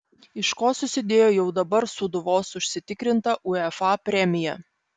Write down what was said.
iš ko susidėjo jau dabar sūduvos užsitikrinta uefa premija